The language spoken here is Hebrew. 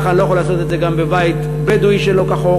כך אני לא יכול לעשות את זה גם בבית בדואי שנבנה שלא כחוק.